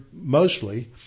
mostly